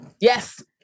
Yes